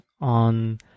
on